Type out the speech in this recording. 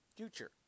future